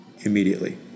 immediately